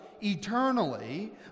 eternally